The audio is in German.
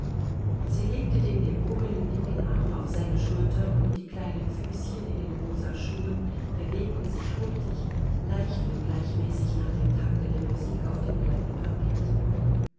sie legte den gebogenen linken arm auf seine schulter und die kleinen füßchen in den rosa schuhen bewegten sich hurtig leicht und gleichmäßig nach dem takte der musik auf dem glatten parkett